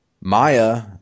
Maya